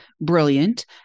brilliant